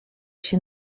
się